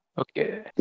Okay